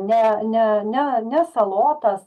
ne ne ne ne salotas